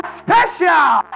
special